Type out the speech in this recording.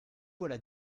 voilà